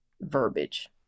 verbiage